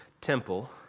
temple